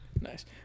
Nice